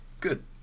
Good